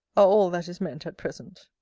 are all that is meant at present.